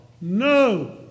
No